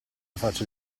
faccia